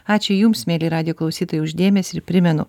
ačiū jums mieli radijo klausytojai už dėmesį ir primenu